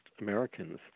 Americans